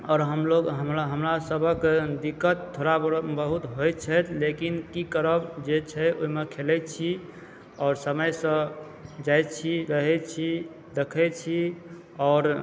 आओर हमलोग हमरा सबहक दिक्कत थोड़ा बहुत होइत छथि लेकिन की करब जे छै ओहिमे खेलए छी आओर समयसंँ जाइत छी रहए छी देखए छी आओर